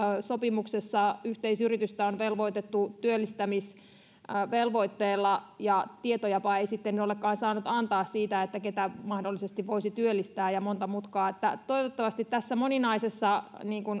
sopimuksessa yhteisyritystä on velvoitettu työllistämisvelvoitteella mutta tietojapa ei sitten olekaan saanut antaa siitä ketä mahdollisesti voisi työllistää ja monta muuta mutkaa toivottavasti tässä moninaisessa